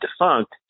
defunct